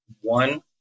One